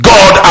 God